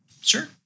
Sure